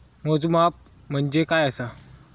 मोजमाप म्हणजे काय असा?